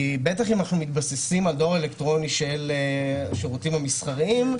בטח אם אנחנו מתבססים על דואר אלקטרוני של השירותים המסחריים,